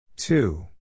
Two